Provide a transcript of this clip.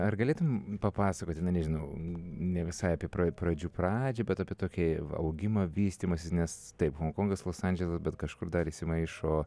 ar galėtum papasakoti na nežinau ne visai apie pradžių pradžią bet apie tokį augimą vystymąsis nes taip honkongas los andželas bet kažkur dar įsimaišo